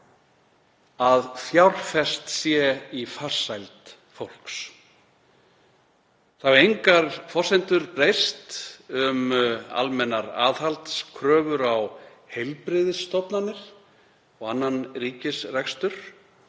að fjárfest sé í farsæld fólks. Engar forsendur hafa breyst um almennar aðhaldskröfur á heilbrigðisstofnanir og annan ríkisrekstur.